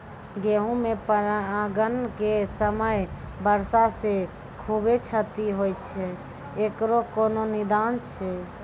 गेहूँ मे परागण के समय वर्षा से खुबे क्षति होय छैय इकरो कोनो निदान छै?